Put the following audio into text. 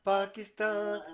Pakistan